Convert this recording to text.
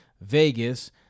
Vegas